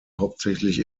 hauptsächlich